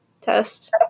test